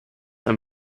ein